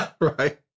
Right